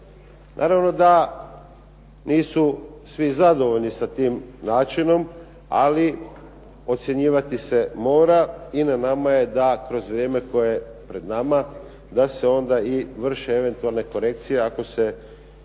Naravno da nisu svi zadovoljni sa tim načinom, ali ocjenjivati se mora i na nama je da kroz vrijeme koje je pred nama, da se onda i vrše eventualne korekcije ako se uoče